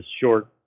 short